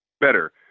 better